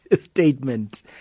statement